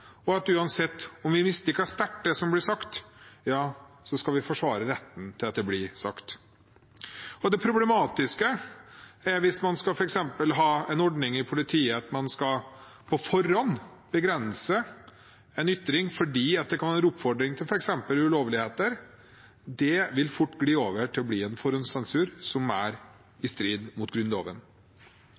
og at uansett om vi sterkt misliker det som blir sagt, skal vi forsvare retten til å si det. Det problematiske er hvis man f.eks. skal ha en ordning i politiet der man på forhånd skal begrense en ytring, fordi det kan være en oppfordring til f.eks. ulovligheter. Det vil fort gli over til å bli en forhåndssensur, noe som er i strid med Grunnloven.